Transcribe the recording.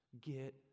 get